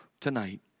tonight